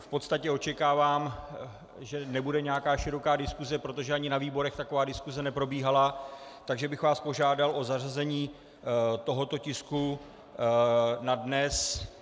V podstatě očekávám, že nebude široká diskuse, protože ani ve výborech taková diskuse neprobíhala, takže bych vás požádal o zařazení tohoto tisku na dnes.